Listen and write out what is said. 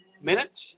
minutes